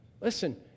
Listen